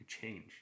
change